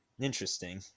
interesting